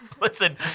Listen